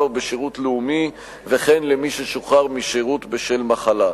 או בשירות לאומי וכן למי ששוחרר משירות בשל מחלה.